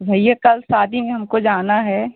भैया कल शादीदी में हमको जाना है